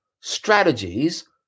strategies